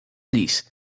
lis